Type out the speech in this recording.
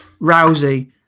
Rousey